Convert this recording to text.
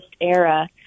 era